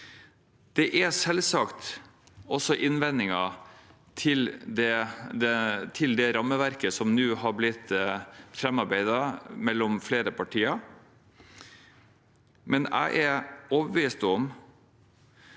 Det er selvsagt også innvendinger til det rammeverket som nå har blitt arbeidet fram mellom flere partier, men jeg er overbevist om